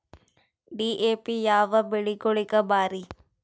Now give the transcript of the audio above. DAP ಯಾವ ಬೆಳಿಗೊಳಿಗ ಭಾರಿ?